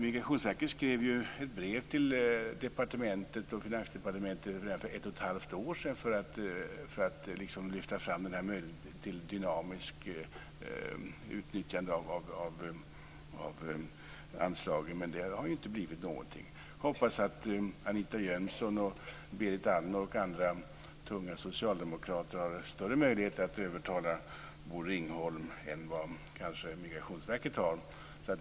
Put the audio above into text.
Migrationsverket skrev ett brev till Finansdepartementet redan för ett och ett halvt år sedan för att lyfta fram möjligheten till dynamiskt utnyttjande av anslaget, men det har ju inte hänt någonting. Jag hoppas att Anita Jönsson, Berit Andnor och andra tunga socialdemokrater har större möjligheter att övertala Bosse Ringholm än vad Migrationsverket har.